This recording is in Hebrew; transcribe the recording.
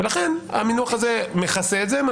ולכן המינוח הזה מכסה את זה.